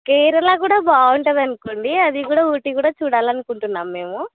కేరళ కూడా బాగుంటుంది అనుకోండి అది కూడా ఊటీ కూడా చూడాలి అనుకుంటున్నాం మేము